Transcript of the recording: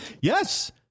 Yes